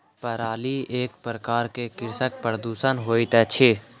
पराली एक प्रकार के कृषि प्रदूषण होइत अछि